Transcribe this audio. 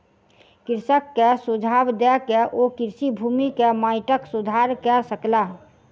कृषक के सुझाव दय के ओ कृषि भूमि के माइटक सुधार कय सकला